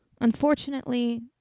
Unfortunately